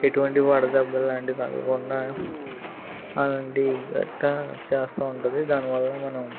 ఎటువంటి వడదెబ్బలాంటివి తగలకుండా అలాంటివి అట్లా చేస్తూ ఉంటుంది దానివల్ల మనం